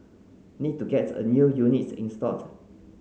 need to gets a new units installed